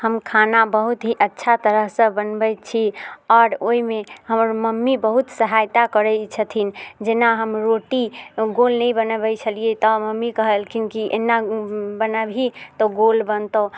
हम खाना बहुत ही अच्छा तरहसँ बनबै छी आओर ओइमे हमर मम्मी बहुत सहायता करै छथिन जेना हम रोटी गोल नहि बनबै छलियै तऽ मम्मी कहलखिन की एना बनबही तऽ गोल बनतौ